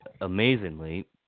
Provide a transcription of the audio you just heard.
amazingly